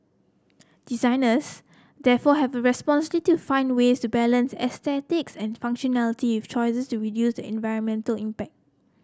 designers therefore have a to find ways to balance aesthetics and functionality with choices to reduce the environmental impact